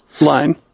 line